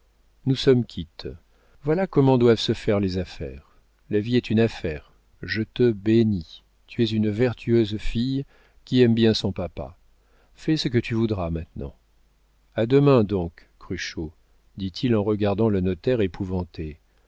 nous sommes quittes voilà comment doivent se faire les affaires la vie est une affaire je te bénis tu es une vertueuse fille qui aime bien son papa fais ce que tu voudras maintenant a demain donc cruchot dit-il en regardant le notaire épouvanté